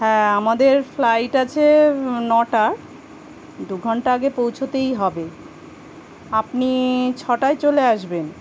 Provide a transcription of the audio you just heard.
হ্যাঁ আমাদের ফ্লাইট আছে নটা দু ঘণ্টা আগে পৌঁছতেই হবে আপনি ছটায় চলে আসবেন